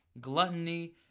gluttony